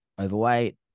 overweight